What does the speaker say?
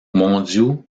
mondiaux